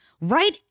Right